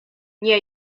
nie